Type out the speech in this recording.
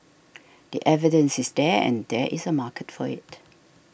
the evidence is there and there is a market for it